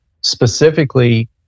specifically